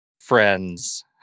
friends